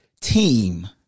team